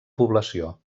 població